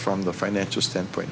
from the financial standpoint